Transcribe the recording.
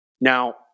Now